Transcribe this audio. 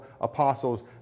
apostles